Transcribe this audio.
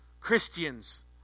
Christians